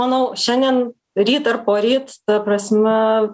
manau šiandien ryt ar poryt ta prasme